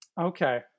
okay